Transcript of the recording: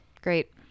Great